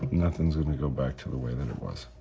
nothing's gonna go back to the way that it was,